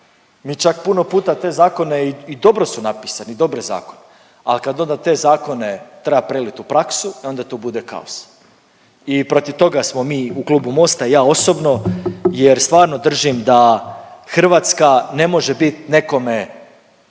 mi čak puno puta te zakone i dobro su napisani i dobre zakone. Ali kad onda te zakone treba prelit u praksu e onda to bude kaos. I protiv toga smo mi u klubu Mosta i ja osobno, jer stvarno držim da Hrvatska ne može bit nekome